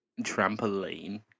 trampoline